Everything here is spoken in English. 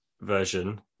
version